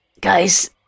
Guys